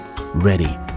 ready